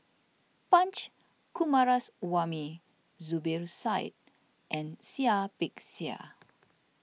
Punch Coomaraswamy Zubir Said and Seah Peck Seah